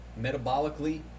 metabolically